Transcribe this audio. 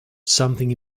something